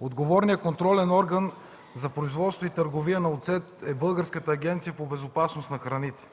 Отговорният контролен орган за производство и търговия на оцет е Българската агенция по безопасност на храните.